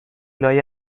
لای